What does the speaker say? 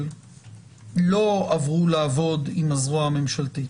לא עברו לעבוד עם הזרוע הממשלתית.